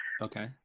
Okay